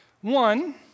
One